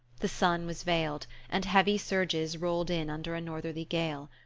the sun was veiled, and heavy surges rolled in under a northerly gale.